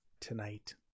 tonight